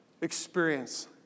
Experience